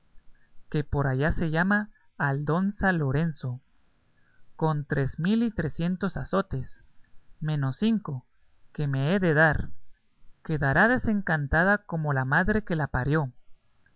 que por allá se llama aldonza lorenzo con tres mil y trecientos azotes menos cinco que me he de dar quedará desencantada como la madre que la parió